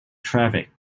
traffic